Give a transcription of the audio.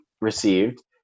received